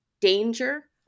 danger